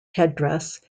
headdress